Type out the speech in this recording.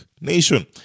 nation